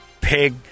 pig